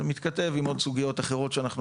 זה מתכתב עם עוד סוגיות אחרות שאנחנו